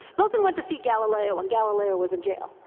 milton went to see galileo when galileo was in jail.